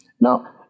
Now